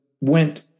went